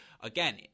again